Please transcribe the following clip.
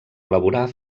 elaborar